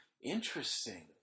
interesting